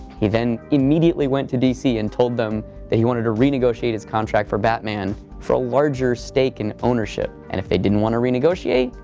he then immediately went to dc and told them that he wanted to renegotiate his contract for batman for a larger stake in ownership, and if they didn't want to renegotiate,